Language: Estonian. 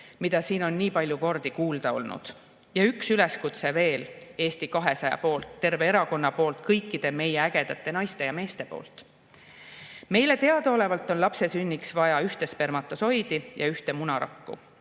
mida siin on nii palju kordi kuulda olnud. Ja üks üleskutse veel Eesti 200-lt, tervelt erakonnalt, kõikidelt meie ägedatelt naistelt ja meestelt. Meile teadaolevalt on lapse sünniks vaja ühte spermatosoidi ja ühte munarakku.